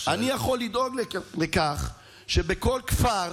אני יכול לדאוג לכך שבכל כפר